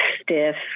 stiff